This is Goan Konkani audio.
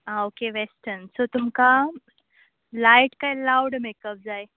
आ ओके वॅस्टन सो तुमकां लायट काय लावड मेकप जाय